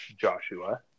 Joshua